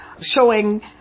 showing